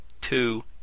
two